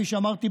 כפי שאמרתי,